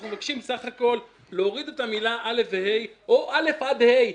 אנחנו מבקשים סך הכול להוריד את המילה א' ו-ה' או א' עד ה'.